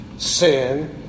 sin